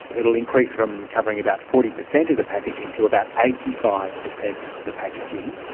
it will increase from covering about forty percent of the packaging to about eighty five percent of the packaging.